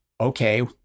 okay